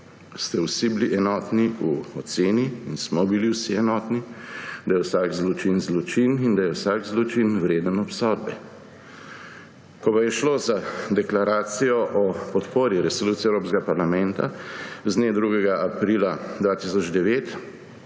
ste bili vsi enotni in smo bili vsi enotni v oceni, da je vsak zločin zločin in da je vsak zločin vreden obsodbe. Ko je šlo za deklaracijo o podpori Resoluciji Evropskega parlamenta z dne 2. aprila 2009,